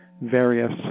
various